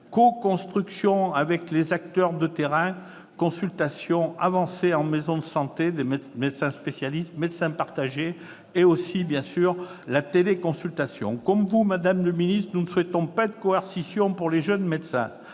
coconstruction avec les acteurs de terrain, consultations avancées en maison de santé, médecins spécialistes et médecins partagés, téléconsultation. Comme vous, madame la ministre, nous ne souhaitons pas de coercition pour les jeunes médecins.